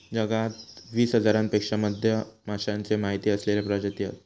जगात वीस हजारांपेक्षा मधमाश्यांचे माहिती असलेले प्रजाती हत